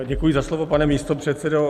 Děkuji za slovo, pane místopředsedo.